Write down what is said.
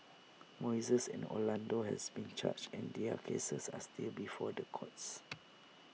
Moises and Orlando have been charged and their cases are still before the courts